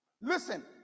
Listen